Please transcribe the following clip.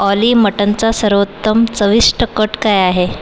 ऑली मटनचा सर्वोत्तम चविष्ट कट काय आहे